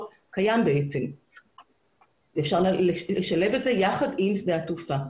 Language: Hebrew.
בעצם קיים ואפשר לשלב את זה יחד עם שדה התעופה.